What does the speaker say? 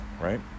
right